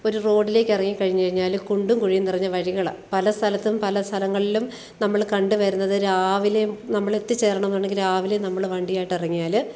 ഒരു റോഡിലേക്ക് ഇറങ്ങി കഴിഞ്ഞ് കഴിഞ്ഞാൽ കുണ്ടും കുഴിയും നിറഞ്ഞ വഴികളാണ് പല സ്ഥലത്തും പല സ്ഥലങ്ങളിലും നമ്മൾ കണ്ട് വരുന്നത് രാവിലെ നമ്മൾ എത്തിച്ചേരണമെന്നുണ്ടെങ്കിൽ രാവിലെ നമ്മൾ വണ്ടിയായിട്ട് ഇറങ്ങിയാൽ